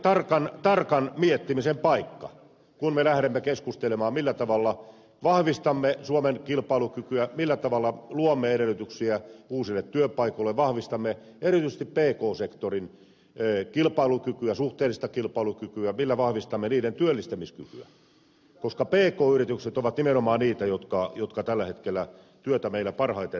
minusta tässä on teille tarkan miettimisen paikka kun me lähdemme keskustelemaan millä tavalla vahvistamme suomen kilpailukykyä millä tavalla luomme edellytyksiä uusille työpaikoille vahvistamme erityisesti pk sektorin kilpailukykyä suhteellista kilpailukykyä millä vahvistamme niiden työllistämiskykyä koska pk yritykset ovat nimenomaan niitä jotka tällä hetkellä työtä meillä parhaiten pystyvät tarjoamaan